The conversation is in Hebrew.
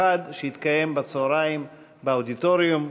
מיוחד שהתקיים בצהריים באודיטוריום.